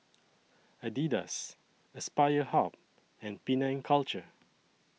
Adidas Aspire Hub and Penang Culture